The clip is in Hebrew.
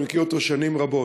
אני מכיר אותו שנים רבות,